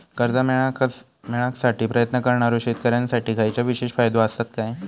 कर्जा मेळाकसाठी प्रयत्न करणारो शेतकऱ्यांसाठी खयच्या विशेष फायदो असात काय?